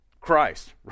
Christ